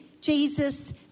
Jesus